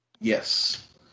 Yes